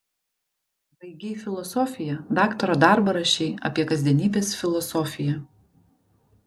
baigei filosofiją daktaro darbą rašei apie kasdienybės filosofiją